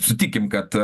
sutikim kad